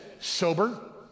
Sober